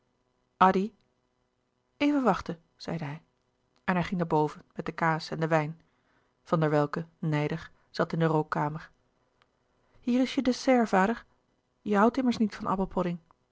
even wachten zeide hij en hij ging naar boven met de kaas en den wijn van der welcke nijdig zat in de rookkamer hier is je dessert vader je houdt immers niet van